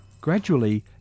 Gradually